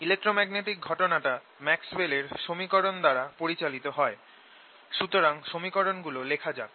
electromagnetic ঘটনা টা ম্যাক্সওয়েলের সমীকরণ দ্বারা পরিচালিত হয় সুতরাং সমীকরণ গুলো লেখা যাক